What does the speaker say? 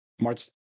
March